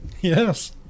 Yes